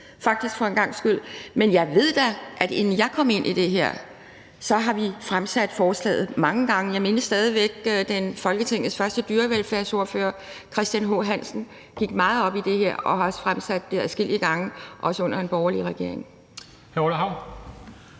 at se for en gangs skyld. Men jeg ved da, at inden jeg kom ind i det her, havde vi fremsat forslaget mange gange. Jeg mindes stadig væk, at Folketingets første dyrevelfærdsordfører, Christian H. Hansen, gik meget op i det her og fremsatte forslag i den forbindelse adskillige gange, også under en borgerlig regering.